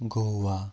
Goa